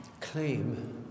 claim